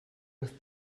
with